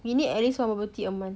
you need at least one bubble tea a month